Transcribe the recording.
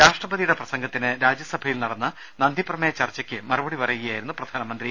രാഷ്ട്രപതിയുടെ പ്രസംഗത്തിന് രാജ്യസഭയിൽ നടന്ന നന്ദി പ്രമേയ ചർച്ചക്ക് മറുപടി പറയുകയായിരുന്നു പ്രധാനമന്ത്രി